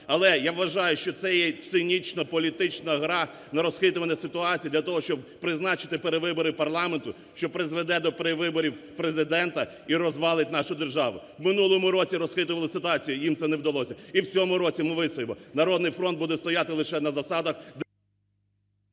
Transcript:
Але я вважаю, що це є цинічно політична гра на розхитування ситуації для того, щоб призначити перевибори парламенту, що призведе до перевиборів Президента і розвалить нашу державу. В минулому році розхитували ситуацію, їм це не вдалося, і в цьому році ми вистоїмо. "Народний фронт" буде стояти лише на засадах…